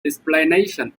explanation